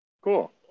Cool